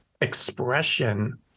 expression